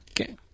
Okay